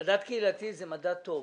מדד קהילתי זה מדד טוב.